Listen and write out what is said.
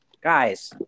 guys